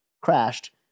crashed